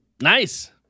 Nice